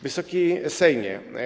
Wysoki Sejmie!